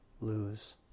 lose